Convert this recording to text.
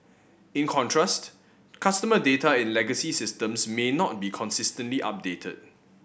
in contrast customer data in legacy systems may not be consistently updated